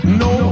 no